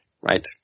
Right